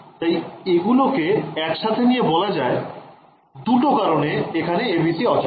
তাই এগুলকে একসাথে নিয়ে বলা যায় দুটো কারণে এখানে ABC অচল